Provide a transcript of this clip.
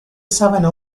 sabana